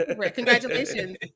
congratulations